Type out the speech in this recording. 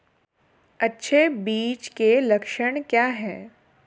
अच्छे बीज के लक्षण क्या हैं?